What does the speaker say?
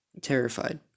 terrified